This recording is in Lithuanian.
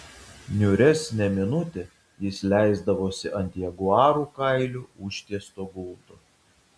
niūresnę minutę jis leisdavosi ant jaguarų kailiu užtiesto gulto